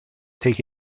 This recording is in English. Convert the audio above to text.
take